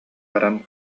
баран